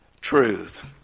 truth